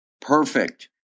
Perfect